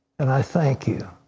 and i thank you.